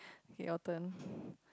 okay your turn